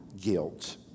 guilt